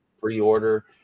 pre-order